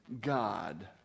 God